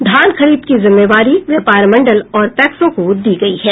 धान खरीद की जिम्मेवारी व्यापार मंडल और पैक्सों को दी गयी है